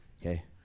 okay